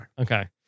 Okay